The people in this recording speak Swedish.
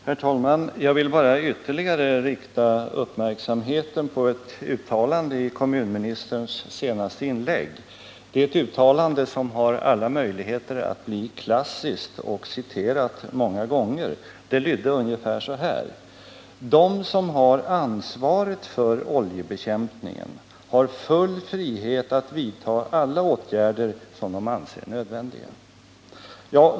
Herr talman! Jag vill bara ytterligare rikta uppmärksamheten på ett uttalande i kommunministerns senaste inlägg. Det är ett uttalande som har alla möjligheter att bli klassiskt och citerat många gånger. Det lydde ungefär så här: De som har ansvaret för oljebekämpningen har full frihet att vidta alla åtgärder som de anser nödvändiga.